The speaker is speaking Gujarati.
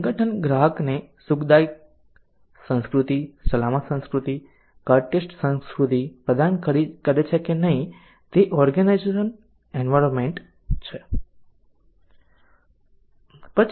સંગઠન ગ્રાહકને સુખદાયક સંસ્કૃતિ સલામત સંસ્કૃતિ કર્ટેસ્ટ સંસ્કૃતિ પ્રદાન કરે છે કે નહીં તે ઓર્ગેનાઈઝેશન એન્વાયરમેન્ટ છે